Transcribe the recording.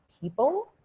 people